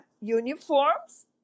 uniforms